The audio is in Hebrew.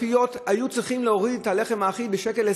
המאפיות היו צריכות להוריד את מחיר הלחם האחיד ב-1.20 שקל,